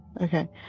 Okay